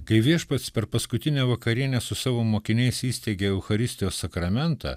kai viešpats per paskutinę vakarienę su savo mokiniais įsteigė eucharistijos sakramentą